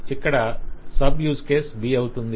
ఇక్కడ sub use case B అవుతుంది